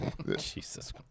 Jesus